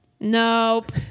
nope